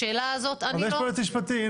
אבל יש יועץ משפטי.